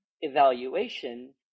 evaluation